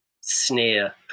sneer